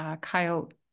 Coyote